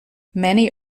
many